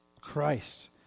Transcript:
Christ